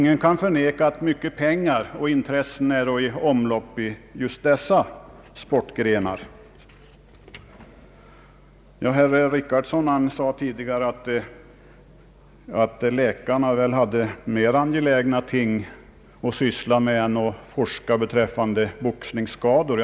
Ingen kan förneka att mycket pengar och stora ekonomiska intressen är med inom just dessa sportgrenar. Herr Richardson sade tidigare att läkarna väl hade mer angelägna ting att syssla med än att forska beträffande boxningsskador.